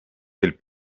del